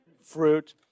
fruit